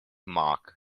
marque